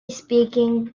speaking